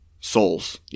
souls